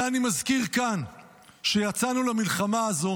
הרי אני מזכיר כאן שיצאנו למלחמה הזו